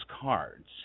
cards